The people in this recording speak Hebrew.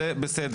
בא לפה כל שנייה.